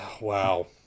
Wow